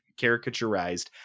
caricaturized